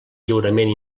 lliurament